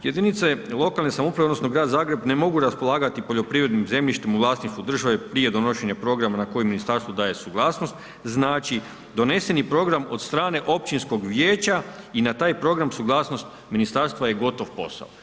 Jedinice lokalne samouprave odnosno grad Zagreb ne mogu raspolagati poljoprivrednim zemljištem u vlasništvu države prije donošenja programa na koje ministarstvo daje suglasnost, znači doneseni program od strane općinskog vijeća i na taj program suglasnost ministarstva je gotov posao.